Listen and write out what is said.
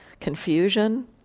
confusion